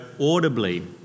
audibly